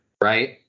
right